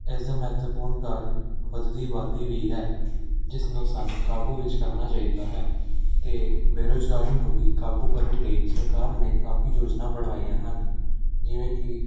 ਇਸਦਾ ਮਹੱਤਵਪੂਰਨ ਕਾਰਨ ਵੱਧਦੀ ਆਬਾਦੀ ਵੀ ਹੈ ਜਿਸ ਨੂੰ ਸਾਨੂੰ ਕਾਬੂ ਵਿੱਚ ਕਰਨਾ ਚਾਹੀਦਾ ਹੈ ਅਤੇ ਬੇਰੁਜ਼ਗਾਰੀ ਨੂੰ ਵੀ ਕਾਬੂ ਕਰਨ ਲਈ ਸਰਕਾਰ ਨੇ ਕਾਫੀ ਯੋਜਨਾ ਬਣਵਾਈਆਂ ਹਨ ਜਿਵੇਂ ਕਿ